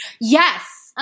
Yes